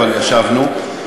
אבל ישבנו,